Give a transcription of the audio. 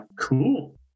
Cool